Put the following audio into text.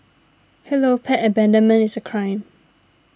hello pet abandonment is a crime